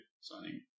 signing